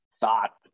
thought